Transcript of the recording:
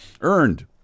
Earned